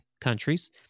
countries